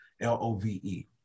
L-O-V-E